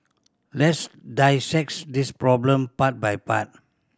let's dissect this problem part by part